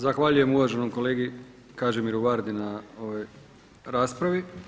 Zahvaljujem uvaženom kolegi Kažimiru Vardi na ovoj raspravi.